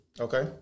Okay